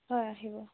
হয় আহিব